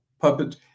puppet